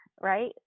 right